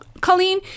Colleen